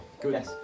Good